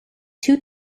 two